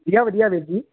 ਵਧੀਆ ਵਧੀਆ ਵੀਰ ਜੀ